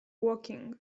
woking